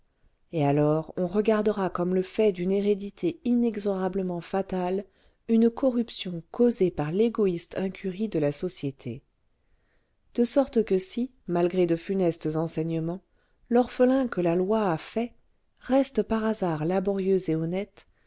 et alors on regardera comme le fait d'une hérédité inexorablement fatale une corruption causée par l'égoïste incurie de la société de sorte que si malgré de funestes enseignements l'orphelin que la loi a fait reste par hasard laborieux et honnête